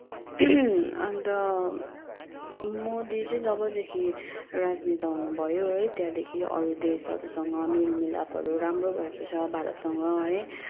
अन्त मोदी चाहिँ जबदेखि राजनेता हुनुभयो है त्यहाँदेखि अरू देशहरूसँग मेलमिलापहरू राम्रो भएको छ भारतसँग है